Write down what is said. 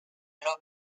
opère